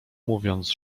mówiąc